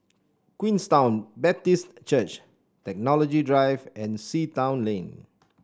Queenstown Baptist Church Technology Drive and Sea Town Lane